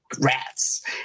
rats